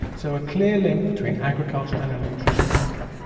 so, a clear link between agriculture and a nutrition outcome.